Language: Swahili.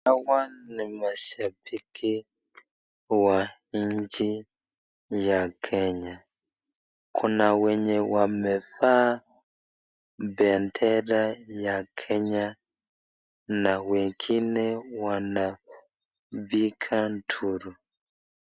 Mashabiki wa nchi ya kenya. Kuna wenye wamevaa bendera ya kenya na wengine wanapiga nduru.